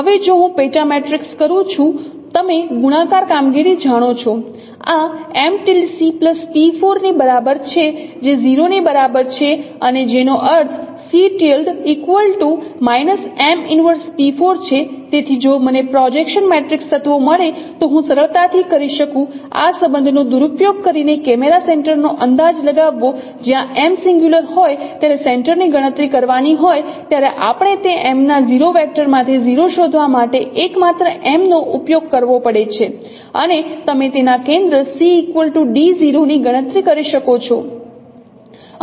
હવે જો હું પેટા મેટ્રિક્સ કરું છું તમે ગુણાકાર કામગીરી જાણો છો આ M p4 ની બરાબર છે જે 0 ની બરાબર છે અને જેનો અર્થ M 1p4 છે તેથી જો મને પ્રોજેક્શન મેટ્રિક્સ તત્વો મળે તો હું સરળતાથી કરી શકું આ સબંધનો દુરુપયોગ કરીને કેમેરા સેન્ટરનો અંદાજ લગાવવો જ્યાં M સિંગ્યુલર હોય ત્યારે સેન્ટરની ગણતરી કરવાની હોય ત્યારે આપણે તે M ના 0 વેક્ટરમાંથી 0 શોધવા માટે એકમાત્ર M નો ઉપયોગ કરવો પડે છે અને તમે તેના કેન્દ્ર ની ગણતરી કરી શકો છો